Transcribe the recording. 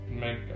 make